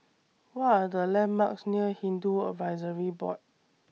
What Are The landmarks near Hindu Advisory Board